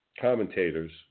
commentators